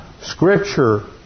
Scripture